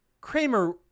Kramer